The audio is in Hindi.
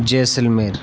जैसलमेर